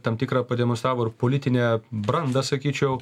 tam tikrą pademonstravo ir politinę brandą sakyčiau